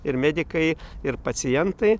ir medikai ir pacientai